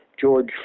George